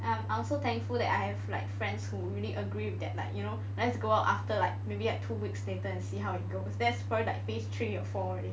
I'm so thankful that I have like friends who really agree with that like you know let's go out after like maybe like two weeks later and see how it goes that's probably like phase three or four already